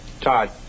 Todd